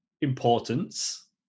importance